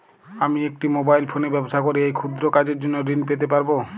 আমি একটি মোবাইল ফোনে ব্যবসা করি এই ক্ষুদ্র কাজের জন্য ঋণ পেতে পারব?